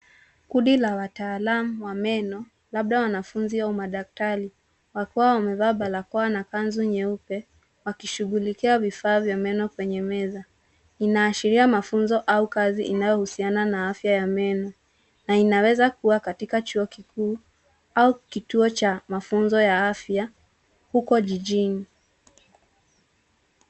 Kundi la wataalamu wa meno, labda wanafunzi au madaktari, wakiwa wamevaa barakoa na kanzu nyeupe wakishughulikia vifaa vya meno kwenye meza. Inaashiria mafunzo au kazi inayohusiana na afya ya meno na inaweza kuwa katika chuo kikuu au kituo cha mafunzo ya afya huko jijini.